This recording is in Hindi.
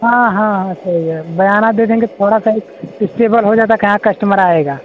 हाँ हाँ हाँ सही है बयाना दे देंगे थोड़ा सा इक इस्टेबल हो जाता कि हाँ कस्टमर आएगा